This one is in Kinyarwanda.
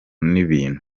n’ibintu